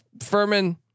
Furman